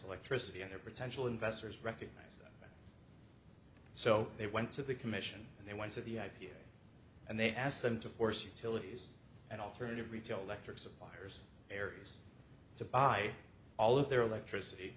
electricity and their potential investors recognize them so they went to the commission and they went to the i p o and they asked them to force you to look at alternative retail electric suppliers areas to buy all of their electricity